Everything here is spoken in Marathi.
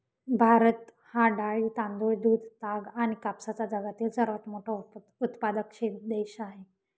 भारत हा डाळी, तांदूळ, दूध, ताग आणि कापसाचा जगातील सर्वात मोठा उत्पादक देश आहे